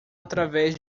através